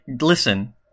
listen